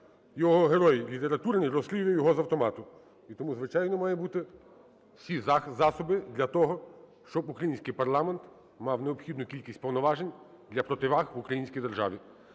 його герой літературний, розстрілює його з автомату. І тому, звичайно, мають бути засоби для того, щоб український парламент мав необхідну кількість повноважень для противаг в українській державі.